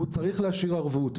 הוא צריך להשאיר ערבות,